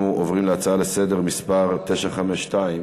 אנחנו עוברים להצעה לסדר-היום מס' 952: